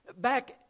Back